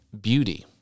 beauty